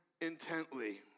intently